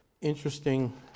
interesting